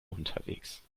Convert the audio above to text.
unterwegs